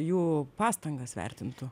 jų pastangas vertintų